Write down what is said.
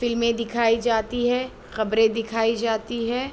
فلمیں دکھائی جاتی ہے خبریں دکھائی جاتی ہے